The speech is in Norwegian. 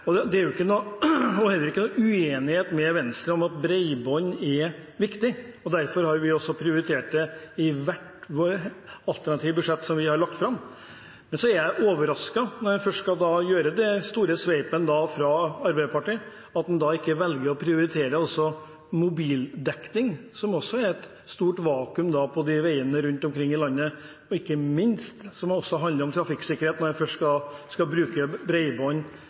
jo heller ikke noen uenighet med Venstre om at bredbånd er viktig. Derfor har vi også prioritert det i hvert alternative budsjett vi har lagt fram. Men jeg er overrasket over, når en fra Arbeiderpartiets side først skal gjøre det store sveipet, at en ikke da velger å prioritere også mobildekning, som det også er et stort vakuum på på veiene rundt omkring i landet. Ikke minst handler dette også om trafikksikkerhet, når en først skal bruke